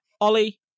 Ollie